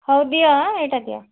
ହଉ ଦିଅ ଏଇଟା ଦିଅ